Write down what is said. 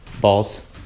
balls